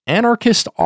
anarchist